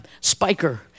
Spiker